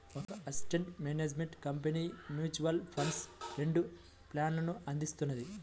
ఒక asset management company mutual ఫండ్స్లో రెండు ప్లాన్లను అందిస్తుంది